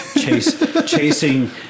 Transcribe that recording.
chasing